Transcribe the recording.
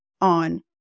on